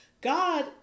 God